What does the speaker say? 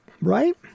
Right